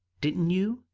didn't you,